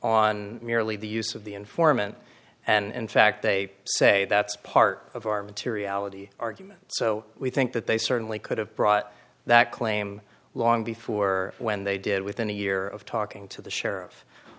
on nearly the use of the informant and in fact they say that's part of our materiality argument so we think that they certainly could have brought that claim long before when they did within a year of talking to the sheriff